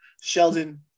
Sheldon